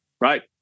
right